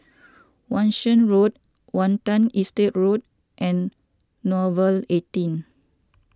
Wan Shih Road Watten Estate Road and Nouvel eighteen